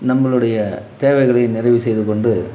நம்மளுடைய தேவைகளை நிறைவு செய்துக்கொண்டு